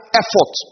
effort